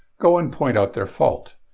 go and point out their fault,